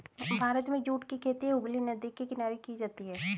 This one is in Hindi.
भारत में जूट की खेती हुगली नदी के किनारे की जाती है